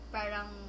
Parang